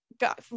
got